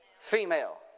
Female